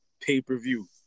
pay-per-view